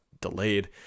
delayed